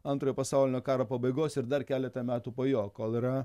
antrojo pasaulinio karo pabaigos ir dar keletą metų po jo kol yra